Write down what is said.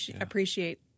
appreciate